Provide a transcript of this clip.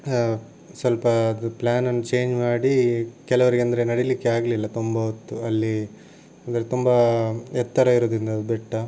ಸ್ವಲ್ಪ ಅದು ಪ್ಲ್ಯಾನನ್ನು ಚೇಂಜ್ ಮಾಡಿ ಕೆಲವರಿಗೆ ಅಂದರೆ ನಡಿಲಿಕ್ಕೆ ಆಗಲಿಲ್ಲ ತುಂಬ ಹೊತ್ತು ಅಲ್ಲಿ ಅಂದರೆ ತುಂಬ ಎತ್ತರ ಇರುದ್ರಿಂದ ಬೆಟ್ಟ